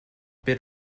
bit